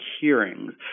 hearings